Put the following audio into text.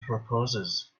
proposes